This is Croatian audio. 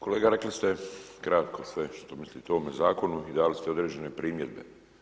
Kolega rekli ste kratko sve što mislite o ovome zakonu i dali ste određene primjedbe.